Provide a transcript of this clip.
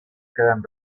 quedan